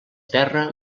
terra